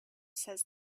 says